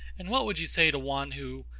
and what would you say to one, who,